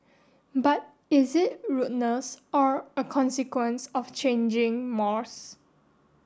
but is it rudeness or a consequence of changing mores